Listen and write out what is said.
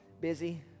busy